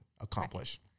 accomplish